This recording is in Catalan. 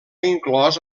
inclòs